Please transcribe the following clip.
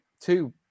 two